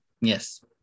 Yes